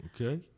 okay